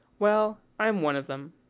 well, i'm one of them.